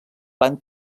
van